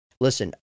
listen